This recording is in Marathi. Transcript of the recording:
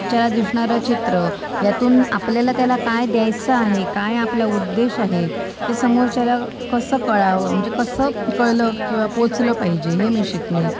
च्या दिसणारं चित्र ह्यातून आपल्याला त्याला काय द्यायचं आहे काय आपला उद्देश आहे हे समोरच्याला कसं कळावं म्हणजे कसं कळलं किंवा पोहोचलं पाहिजे हे मी शिकले